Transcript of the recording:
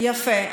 יפה,